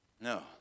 No